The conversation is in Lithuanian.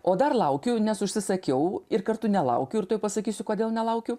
o dar laukiu nes užsisakiau ir kartu nelaukiu ir tuoj pasakysiu kodėl nelaukiu